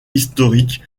historiques